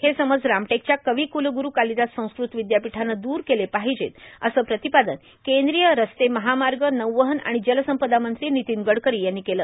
हे समज रामटेकच्या कविकुलगुरू कालिदास संस्कृत विद्यापीठानं दूर केले पाहिजेत असं प्रतिपादन केंद्रीय रस्ते महामार्ग नौवहन आणि जलसंपदा मंत्री नितीन गडकरी यांनी केलं